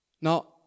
Now